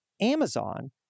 Amazon